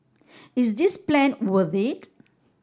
is this plan worth it